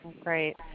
Great